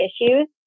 issues